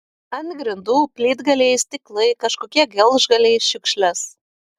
ant grindų plytgaliai stiklai kažkokie gelžgaliai šiukšlės